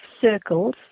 circles